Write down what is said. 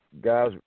guys